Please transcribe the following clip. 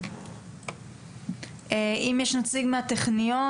אם יש נציג מהטכניון,